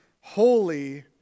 holy